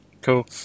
cool